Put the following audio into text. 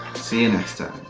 see you next time!